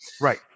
Right